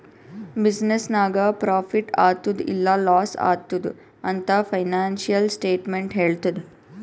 business ನಾಗ್ profit ಆತ್ತುದ್ ಇಲ್ಲಾ ಲಾಸ್ ಆತ್ತುದ್ ಅಂತ್ ಫೈನಾನ್ಸಿಯಲ್ ಸ್ಟೇಟ್ಮೆಂಟ್ ಹೆಳ್ತುದ್